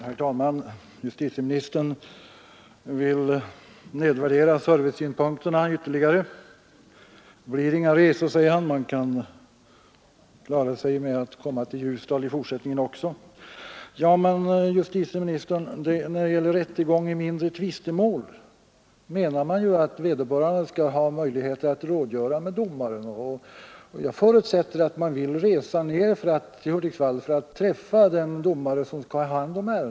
Herr talman! Justitieministern vill här ytterligare nedvärdera servicesynpunkterna och säger att det blir inga längre resor. Man kan komma till Ljusdal i fortsättningen också. Men när det gäller rättegång i mindre tvistemål är det meningen att vederbörande skall ha möjligheter att rådgöra med domaren, och jag förutsätter att man då vill resa ner till Hudiksvall för att träffa den domare som har hand om ärendet.